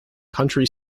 country